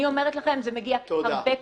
אני אומרת לכם, זה מגיע הרבה קודם.